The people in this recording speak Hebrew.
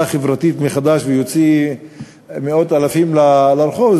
חברתית מחדש ויוציא מאות אלפים לרחוב,